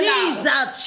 Jesus